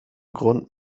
grund